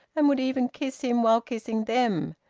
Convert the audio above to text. and would even kiss him while kissing them,